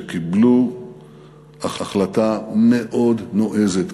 שקיבלו החלטה מאוד נועזת,